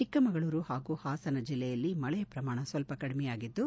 ಚಿಕ್ಕಮಗಳೂರು ಹಾಗೂ ಹಾಸನ ಜಿಲ್ಲೆಯಲ್ಲಿ ಮಳೆಯ ಪ್ರಮಾಣ ಸ್ವಲ್ಪ ಕಡಿಮೆಯಾಗಿದ್ದು